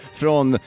från